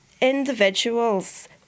individuals